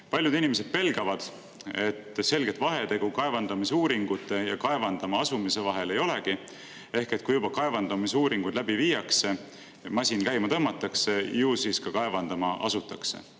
Paljud inimesed pelgavad, et selget vahetegu kaevandamisuuringute ja kaevandama asumise vahel ei olegi. Ehk kui juba kaevandamisuuringuid läbi viiakse ja masin käima tõmmatakse, ju siis ka kaevandama asutakse.